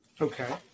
Okay